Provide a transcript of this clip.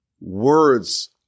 words